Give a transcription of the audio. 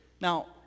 Now